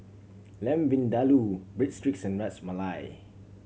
Lamb Vindaloo Breadsticks and Ras Malai